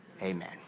Amen